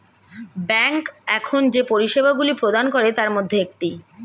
bank এখন যে পরিষেবাগুলি প্রদান করে তার মধ্যে একটি